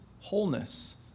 wholeness